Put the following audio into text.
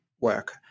work